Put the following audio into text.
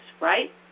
right